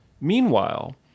Meanwhile